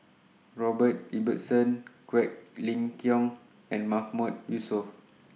Robert Ibbetson Quek Ling Kiong and Mahmood Yusof